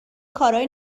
کارای